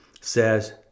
says